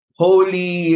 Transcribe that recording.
holy